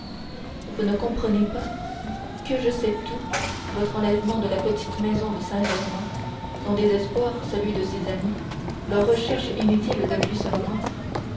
vous ne comprenez pas que je sais tout votre enlèvement de la petite maison de saint-germain son désespoir celui de ses amis leurs recherches inutiles depuis ce moment